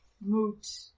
moot